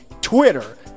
Twitter